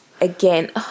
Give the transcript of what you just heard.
again